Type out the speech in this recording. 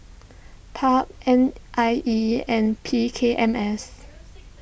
Pub N I E and P K M S